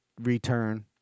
return